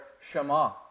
Shema